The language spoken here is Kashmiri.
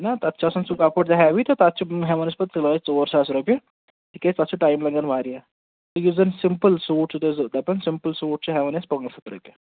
چھُناہ تتھ چھُ آسان سُہ کَپُر تہِ ہیٚوِی تہٕ تتھ چھِ ہیٚوان پَتہٕ أسۍ سِلٲے ژور ساس رۅپیہِ تِکیٛازِ تتھ چھُ ٹایِم لگان واریاہ یُس زَن سِمپٕل سوٗٹ چھُو تُہۍ دپان سِمپِل سوٗٹ چھِ ہیٚوان أسی پانٚژ ہَتھ رۅپیہِ